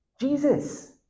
Jesus